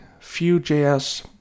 Vue.js